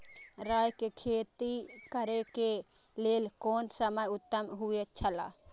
राय के खेती करे के लेल कोन समय उत्तम हुए छला?